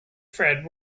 fred